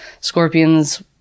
scorpions